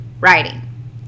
writing